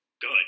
good